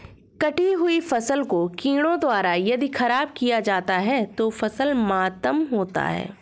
कटी हुयी फसल को कीड़ों द्वारा यदि ख़राब किया जाता है तो फसल मातम होता है